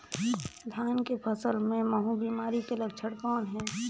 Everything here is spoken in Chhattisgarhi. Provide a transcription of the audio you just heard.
धान के फसल मे महू बिमारी के लक्षण कौन हे?